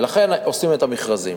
ולכן עושים את המכרזים.